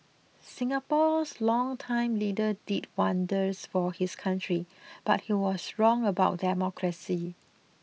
Singapore's longtime leader did wonders for his country but he was wrong about democracy